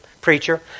preacher